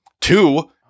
two